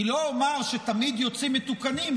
אני לא אומר שתמיד יוצאים מתוקנים,